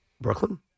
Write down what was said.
Brooklyn